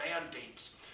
mandates